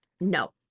No